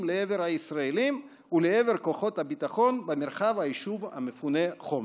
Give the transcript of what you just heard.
לעבר הישראלים ולעבר כוחות הביטחון במרחב היישוב המפונה חומש.